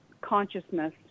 consciousness